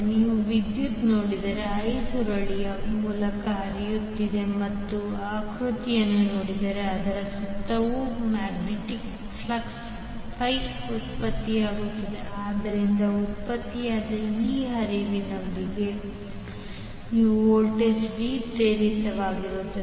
ನೀವು ವಿದ್ಯುತ್ ನೋಡಿದರೆ i ಸುರುಳಿಯ ಮೂಲಕ ಹರಿಯುತ್ತಿದೆ ನೀವು ಆಕೃತಿಯನ್ನು ನೋಡಿದರೆ ಅದರ ಸುತ್ತಲೂ ಮ್ಯಾಗ್ನೆಟಿಕ್ ಫ್ಲಕ್ಸ್ ಫೈ ಉತ್ಪತ್ತಿಯಾಗುತ್ತದೆ ಆದ್ದರಿಂದ ಉತ್ಪತ್ತಿಯಾದ ಆ ಹರಿವಿನಿಂದಾಗಿ ನೀವು ವೋಲ್ಟೇಜ್ v ಪ್ರೇರಿತವಾಗಿರುತ್ತದೆ